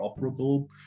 operable